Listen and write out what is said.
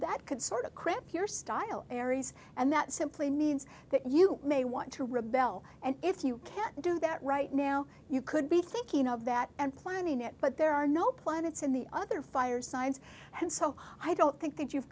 that could sort of cramp your style aries and that simply means that you may want to rebel and if you can't do that right now you could be thinking of that and planning it but there are no planets in the other fire signs and so i don't think that you've